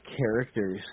characters